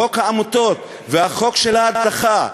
חוק העמותות וחוק ההדחה.